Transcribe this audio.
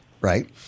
right